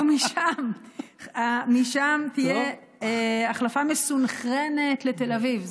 ומשם תהיה החלפה מסונכרנת לתל אביב,